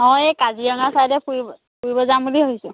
অঁ এই কাজিৰঙা ছাইডে ফুৰিব ফুৰিব যাম বুলি ভাবিছোঁ